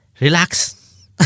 relax